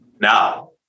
Now-